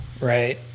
right